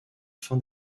fin